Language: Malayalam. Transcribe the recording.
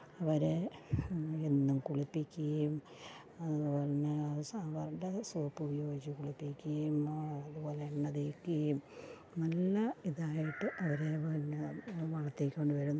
അവരെ എന്നും കുളിപ്പിക്കുകയും എന്നു പറഞ്ഞാൽ അവരുടെ സോപ്പുപയോഗിച്ചു കുളിപ്പിക്കുകയും അതു പോലെ എണ്ണ തേക്കുകയും നല്ലതായിട്ട് അവരെ പിന്നെ വളർത്തിക്കൊണ്ടു വരുന്നു